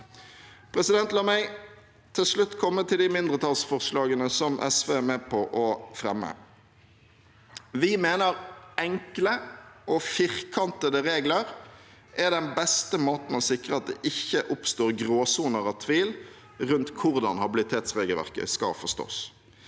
Solberg. La meg til slutt komme inn på de mindretallsforslagene SV er med på å fremme. Vi mener enkle og firkantede regler er den beste måten for å sikre at det ikke oppstår gråsoner av tvil rundt hvordan habilitetsregelverket skal forstås.